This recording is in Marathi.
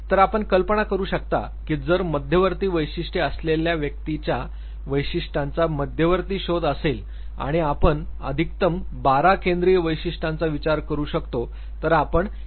तर आपण कल्पना करू शकता की जर मध्यवर्ती वैशिष्ट्ये असलेया व्यक्तीच्या वैशिष्ट्यांचा मध्यवर्ती शोध असेल आणि आपण अधिकतम बारा केंद्रीय वैशिष्ट्यांचा विचार करू शकतो तर आपण किती मुख्य वैशिष्ट्यांचा विचार करू शकतो